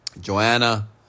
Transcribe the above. Joanna